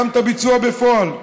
גם את הביצוע בפועל.